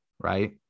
right